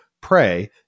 pray